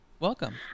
welcome